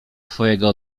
twojego